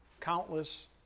countless